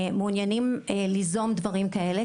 מעוניינים ליזום דברים כאלה,